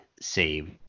save